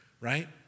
right